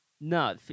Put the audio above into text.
No